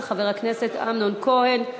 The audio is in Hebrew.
של חבר הכנסת אמנון כהן,